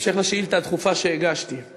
להשיב על שאילתה דחופה שמספרה 10 בנושא: